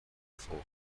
for